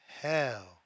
hell